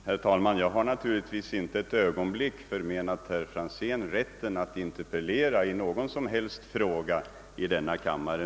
Herr talman! Jag har naturligtvis inte ett ögonblick förmenat herr Franzén rätten att interpellera i någon som helst fråga i denna kammare.